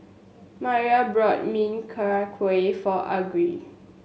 Maira brought Min Chiang Kueh for Argie